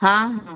ହଁ ହଁ